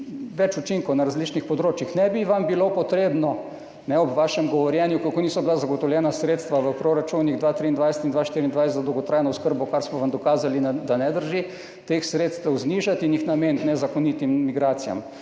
več učinkov na različnih področjih. Ne bi vam bilo treba ob vašem govorjenju, kako niso bila zagotovljena sredstva v proračunih 2023 in 2024 za dolgotrajno oskrbo, kar smo vam dokazali, da ne drži, teh sredstev znižati in jih nameniti nezakonitim migracijam.